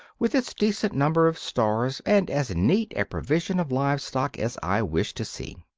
with its decent number of stars and as neat a provision of live stock as i wish to see?